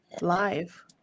live